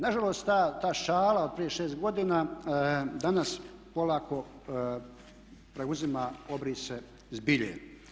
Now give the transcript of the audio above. Nažalost ta šala od prije 6 godina danas polako preuzima obrise zbilje.